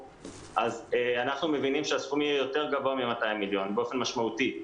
אנחנו מבינים שהסכום יהיה יותר גבוה מ-200 מיליון באופן משמעותי.